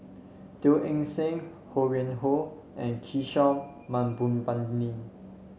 Teo Eng Seng Ho Yuen Hoe and Kishore Mahbubani